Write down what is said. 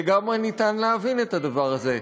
לגמרי אפשר להבין את הדבר הזה.